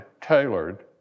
tailored